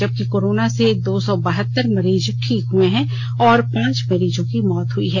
जबकि कोरोना से दो सौ बहत्तर मरीज ठीक हए हैं जबकि पांच मरीजों की मौत हुई है